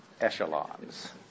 echelons